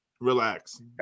Relax